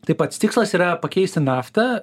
tai pats tikslas yra pakeisti naftą